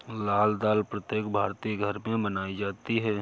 लाल दाल प्रत्येक भारतीय घर में बनाई जाती है